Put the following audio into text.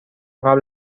قبل